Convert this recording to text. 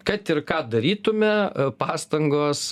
kad ir ką darytume pastangos